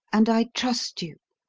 and i trust you,